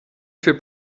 für